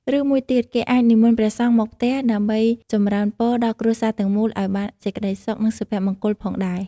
ឬមួយទៀតគេអាចនិមន្តព្រះសង្ឃមកផ្ទះ ដើម្បីចម្រើនពរដល់គ្រួសារទាំងមូលឱ្យបានសេចក្ដីសុខ និងសុភមង្គលផងដែរ។